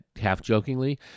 half-jokingly